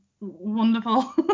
wonderful